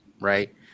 right